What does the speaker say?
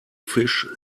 fish